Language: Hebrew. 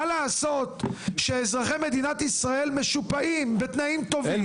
מה לעשות שאזרחי מדינת ישראל משופעים בתנאים טובים,